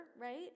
right